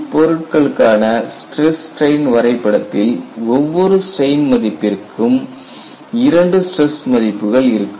இப் பொருட்களுக்கான stress strain வரைபடத்தில் ஒவ்வொரு ஸ்ட்ரெயின் மதிப்பிற்கும் 2 ஸ்டிரஸ் மதிப்புகள் இருக்கும்